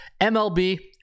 MLB